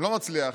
לא מצליח.